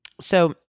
So-